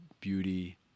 beauty